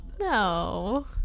no